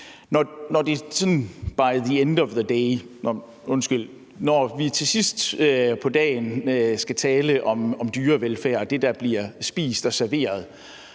Når vi i sidste ende skal tale om dyrevelfærd og det, der bliver spist og serveret